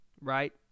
right